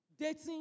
Dating